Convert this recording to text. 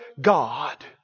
God